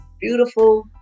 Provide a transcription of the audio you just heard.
beautiful